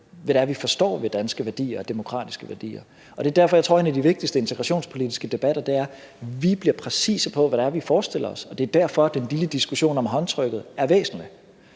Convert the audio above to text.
det er, vi forstår ved danske værdier og demokratiske værdier. Det er derfor, jeg tror, at en af de vigtigste ting i den integrationspolitiske debat er, at vi bliver præcise på, hvad det er, vi forestiller os. Det er derfor, den lille diskussion om håndtrykket er væsentlig.